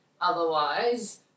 Otherwise